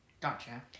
Gotcha